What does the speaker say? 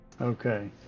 Okay